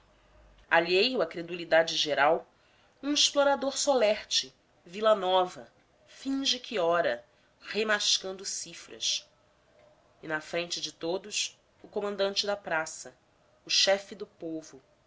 alheio à credulidade geral um explorador solerte vila nova finge que ora remascando cifras e na frente de todos o comandante da praça o chefe do povo